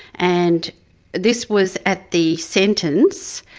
and this was at the sentence,